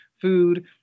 food